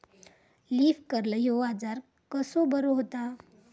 Leaf curl ह्यो आजार कसो बरो व्हता?